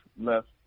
left